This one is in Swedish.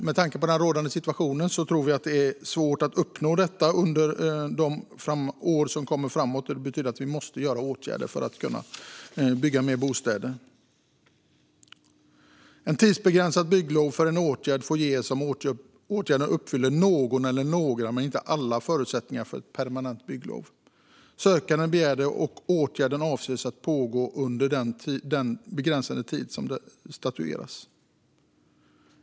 Med tanke på den rådande situationen tror vi att det är svårt att uppnå detta under åren framöver. Det betyder att vi måste vidta åtgärder för att bygga mer bostäder. Ett tidsbegränsat bygglov för en åtgärd får ges om åtgärden uppfyller något eller några men inte alla förutsättningar för permanent bygglov, sökanden begär det och åtgärden avses att pågå under den begränsade tid som anges.